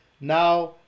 Now